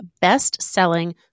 best-selling